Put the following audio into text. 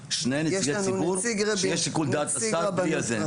יש לנו נציג רבנות ראשית,